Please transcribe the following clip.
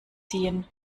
ziehen